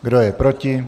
Kdo je proti?